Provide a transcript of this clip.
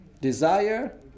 desire